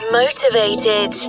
motivated